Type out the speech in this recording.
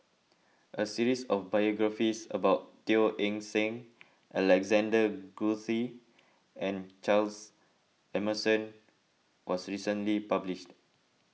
a series of biographies about Teo Eng Seng Alexander Guthrie and Charles Emmerson was recently published